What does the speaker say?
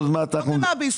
עוד מעט --- לא קנביס,